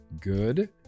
Good